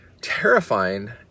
terrifying